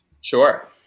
Sure